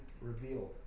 revealed